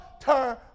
turn